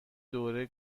دوره